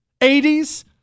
80s